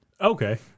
Okay